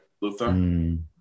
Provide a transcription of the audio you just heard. Luther